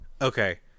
okay